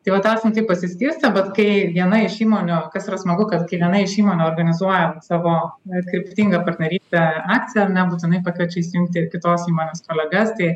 tai vat esam taip pasiskirstę bet kai viena iš įmonių kas yra smagu kad kai viena iš įmonių organizuoja savo kryptingą partnerystę akciją ar ne būtinai pakviečia įsijungti ir kitos įmonės kolegas tai